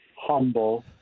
humble